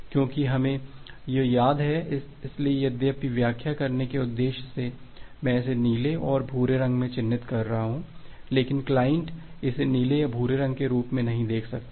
क्योंकि हमें यह याद है इसलिए यद्यपि व्याख्या करने के उद्देश्य से मैं इसे नीले और भूरे रंग में चिह्नित कर रहा हूं लेकिन क्लाइंट इसे नीले या भूरे रंग के रूप में नहीं देख सकता है